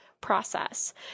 process